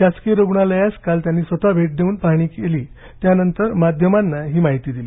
शासकीय रूग्णालयास काल त्यांनी स्वतः भेट देऊन पाहणी केली त्यानंतर माध्यमांना ही माहिती दिली